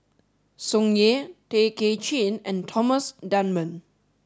Tsung Yeh Tay Kay Chin and Thomas Dunman